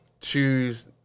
choose